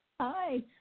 Hi